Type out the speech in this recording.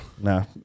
No